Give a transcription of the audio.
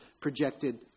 projected